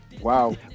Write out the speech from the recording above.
Wow